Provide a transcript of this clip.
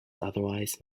otherwise